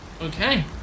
Okay